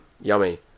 yummy